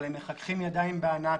הם מחככים ידיים בהנאה.